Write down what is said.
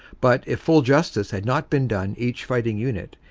but if full justice has not been done each fighting uni t,